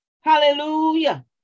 Hallelujah